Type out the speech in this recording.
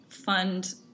fund